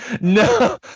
no